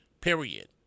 period